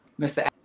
Mr